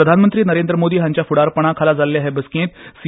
प्रधानमंत्री नरेन्द्र मोदी हाँच्या फ्डारपणाखाला जाल्ल्या हे बसकेत सी